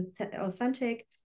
authentic